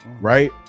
right